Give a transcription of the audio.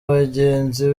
bagenzi